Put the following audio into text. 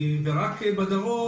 ובגלל